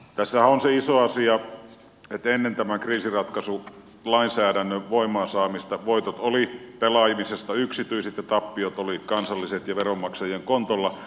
tässähän on se iso asia että ennen tämän kriisinratkaisulainsäädännön voimaansaamista voitot olivat pelaamisesta yksityiset ja tappiot olivat kansalliset ja veronmaksajien kontolla